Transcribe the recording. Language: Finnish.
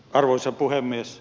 arvoisa puhemies